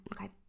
okay